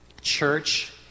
church